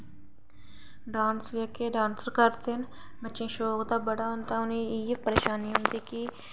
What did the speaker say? dance जेह्के dancer करदे न बच्चें गी शौक ते बड़ा होंदा उ'नें ई इ'यै पंछान निं होंदी कि